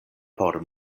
por